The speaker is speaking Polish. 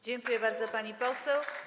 Dziękuję bardzo, pani poseł.